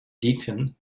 deacon